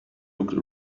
looked